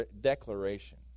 declaration